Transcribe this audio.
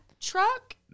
truck